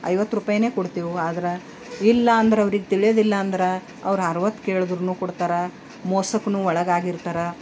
ಐವತ್ರುಪಾಯಿನೇ ಕೊಡ್ತೀವಿ ಆದರೆ ಇಲ್ಲ ಅಂದ್ರೆ ಅವ್ರಿಗೆ ತಿಳಿಯೋದಿಲ್ಲ ಅಂದ್ರೆ ಅವ್ರು ಅರವತ್ತು ಕೇಳಿದ್ರೂ ಕೊಡ್ತಾರೆ ಮೋಸಕ್ಕೂ ಒಳಗಾಗಿರ್ತಾರೆ